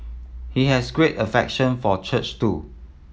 he has great affection for church too